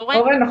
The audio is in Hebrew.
אורן.